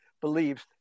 believes